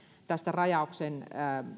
tästä rajauksen